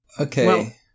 Okay